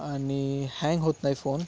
आणि हँग होत नाही फोन